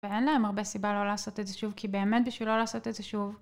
ואין להם הרבה סיבה לא לעשות את זה שוב, כי באמת בשביל לא לעשות את זה שוב.